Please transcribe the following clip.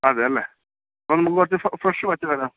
അതെ അല്ലേ അപ്പോൾ നമുക്ക് കുറച്ചു ഫ്രഷ് പച്ചക്കറി